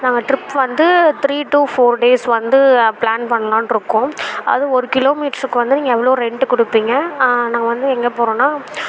நாங்கள் ட்ரிப் வந்து three to four days வந்து ப்ளான் பண்ணலாம்னு இருக்கோம் அது ஒரு கிலோ மீட்டருக்கு வந்து நீங்கள் எவ்வளோ ரென்ட்டு கொடுப்பீங்க நாங்கள் வந்து எங்கே போகறோன்னா